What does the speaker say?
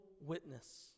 witness